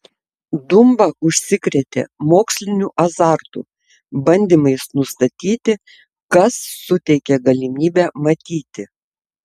dumba užsikrėtė moksliniu azartu bandymais nustatyti kas suteikė galimybę matyti